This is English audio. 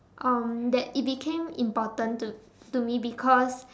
um that it became important to to me because